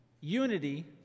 unity